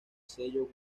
sello